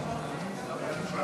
אנחנו עוברים לסעיף הבא